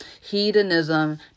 Hedonism